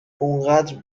انقدر